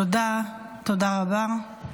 תודה רבה.